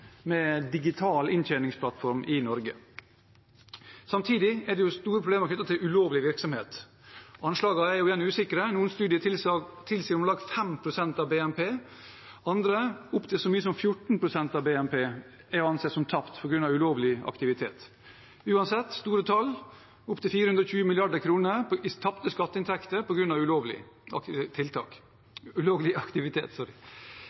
med digital inntjeningsplattform i Norge. Samtidig er det store problemer knyttet til ulovlig virksomhet. Anslagene er igjen usikre, men noen studier tilsier at det utgjør om lag 5 pst. av BNP. Andre studier tilsier at så mye som 14 pst. av BNP er å anse som tapt på grunn av ulovlig aktivitet. Uansett er dette store tall: opptil 420 mrd. kr i tapte skatteinntekter på grunn av ulovlig